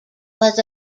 was